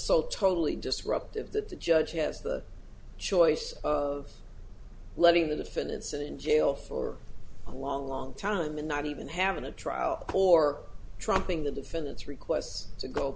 so totally disruptive that the judge has the choice of letting the for the sit in jail for a long long time and not even having a trial or dropping the defendant's requests to go